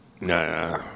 Nah